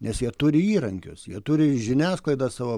nes jie turi įrankius jie turi žiniasklaidą savo